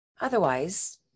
Otherwise